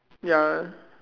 ya